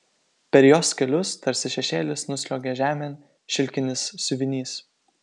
per jos kelius tarsi šešėlis nusliuogia žemėn šilkinis siuvinys